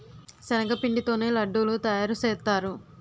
శనగపిండి తోనే లడ్డూలు తయారుసేత్తారు